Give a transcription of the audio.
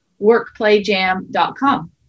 workplayjam.com